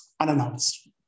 unannounced